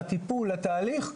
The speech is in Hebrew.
לטיפול ולתהליך,